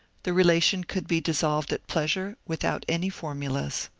the relation could be dis solved at pleasure without any formulas.